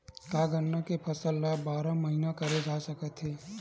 का गन्ना के फसल ल बारह महीन करे जा सकथे?